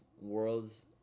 worlds